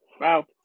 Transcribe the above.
wow